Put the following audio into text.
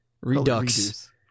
Redux